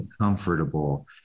comfortable